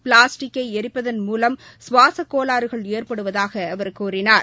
பிளாஸ்டிக்கை எரிப்பதன் மூலம் சுவாசக் கோளாறுகள் ஏற்படுவதாக அவர் கூறினார்